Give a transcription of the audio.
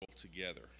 together